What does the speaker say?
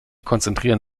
konzentrieren